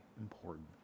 important